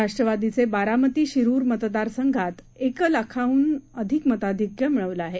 राष्ट्रवादीचे बारामती शिरुर मतदार संघात एक लाखाह्न अधिक मताधिक्य मिळवले आहेत